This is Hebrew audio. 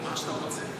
מה שאתה רוצה.